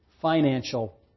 Financial